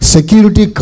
Security